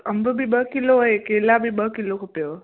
अंबु बि ॿ किलो ऐं केला बि ॿ किलो खपेव